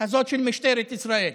הזאת של משטרת ישראל.